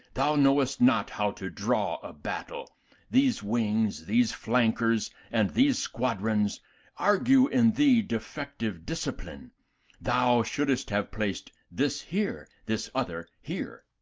thou knowst not how to draw a battle these wings, these flankers, and these squadrons argue in thee defective discipline thou shouldest have placed this here, this other here.